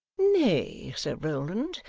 nay, sir rowland,